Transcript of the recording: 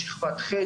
לשכבת ח',